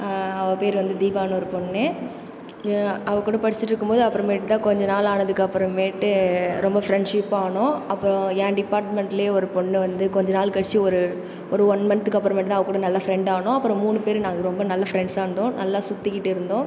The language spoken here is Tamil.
அவ பேர் வந்து தீபானு ஒரு பொண்ணு அவ கூட படிச்சிகிட்டு இருக்கும்போது அப்புறமேட்டு தான் கொஞ்ச நாள் ஆனதுக்கு அப்புறமேட்டு ரொம்ப ஃப்ரெண்ட்ஷிப் ஆனோம் அப்புறம் ஏ டிப்பார்ட்மெண்டில ஒரு பொண்ணு வந்து கொஞ்ச நாள் கழிச்சு ஒரு ஒரு ஒன் மன்த்துக்கப்புறமேட்டு தான் அவ கூட நல்ல ஃப்ரெண்ட் ஆனோம் அப்புறம் மூணு பேர் நாங்கள் ரொம்ப நல்ல ஃப்ரெண்ட்ஸாக இருந்தோம் நல்லா சுற்றிக்கிட்டு இருந்தோம்